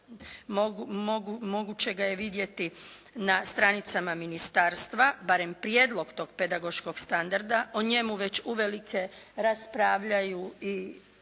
moguće ga je vidjeti na stranicama ministarstva, barem prijedlog tog pedagoškog standarda. O njemu već uvelike raspravljaju i